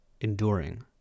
enduring